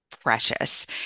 precious